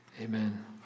amen